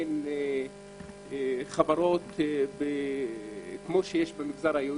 אין חברות כפי שיש במגזר היהודי.